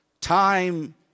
time